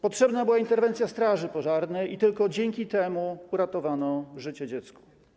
Potrzebna była interwencja straży pożarnej i tylko dzięki temu uratowano życie dziecku.